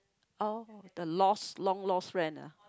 oh the lost the long lost friend ah